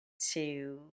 two